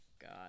God